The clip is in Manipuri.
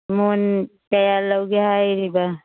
ꯃꯣꯟ ꯀꯌꯥ ꯂꯧꯒꯦ ꯍꯥꯏꯔꯤꯕ